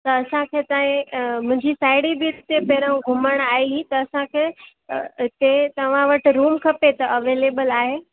त असांखे तव्हांजी अ मुंहिंजी साहेड़ी बि हिते पहिरों घुमण आई त असांखे अ हिते तव्हां वटि रूम खपे त अवेलेबल आहे